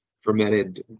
fermented